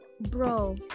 bro